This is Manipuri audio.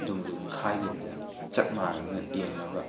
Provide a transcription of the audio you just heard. ꯑꯗꯨꯝꯕꯗꯨ ꯈꯥꯏꯗꯕꯤꯗ ꯆꯞ ꯃꯥꯟꯅꯅ ꯌꯦꯡꯅꯕ